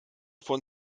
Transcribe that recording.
von